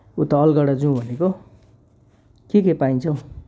उता अलगडा जाउँ भनेको के के पाइन्छ हौ